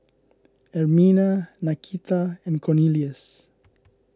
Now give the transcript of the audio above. Ermina Nakita and Cornelious